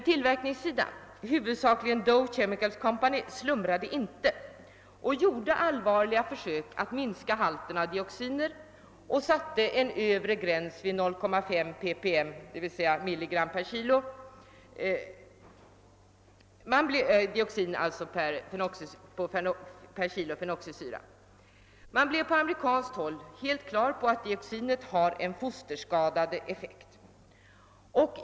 gen Dow Chemicals Company, slumrade inte och gjorde allvarliga försök att minska halten av dioxiner och satte en Övre gräns vid 0,5 ppm, dvs. mg per kg fenoxisyra. Man blev på amerikanskt håll helt klar på att dioxinet har en fosterskadande effekt.